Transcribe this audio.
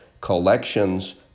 collections